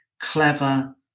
clever